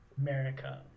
America